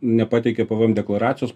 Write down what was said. nepateikė pe ve em deklaracijos